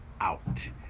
out